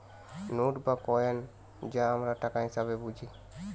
note এবং coin যা আমরা টাকা হিসেবে বুঝি